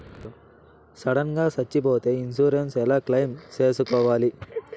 Sudden గా సచ్చిపోతే insurance ఎలా క్లెయిమ్ సేసుకోవాలి?